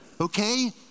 Okay